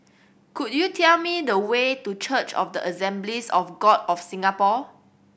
could you tell me the way to Church of the Assemblies of God of Singapore